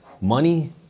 money